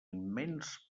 immens